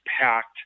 packed